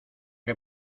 que